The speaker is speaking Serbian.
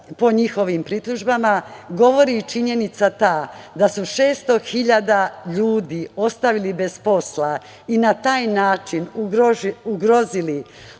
po njihovim pritužbama, govori i ta činjenica da su 600.000 ljudi ostali bez posla i na taj način ugrozili